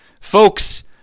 Folks